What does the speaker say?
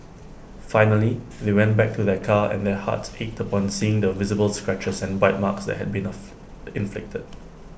finally they went back to their car and their hearts ached upon seeing the visible scratches and bite marks that had been of inflicted